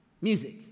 Music